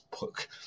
book